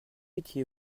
étiez